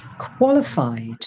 qualified